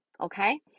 Okay